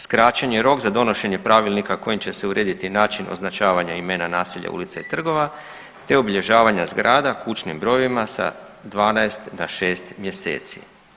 Skraćen je rok za donošenje pravilnika kojim će se urediti način označavanja imena naselja, ulica i trgova, te obilježavanja zgrada kućnim brojevima sa 12 na 6 mjeseci.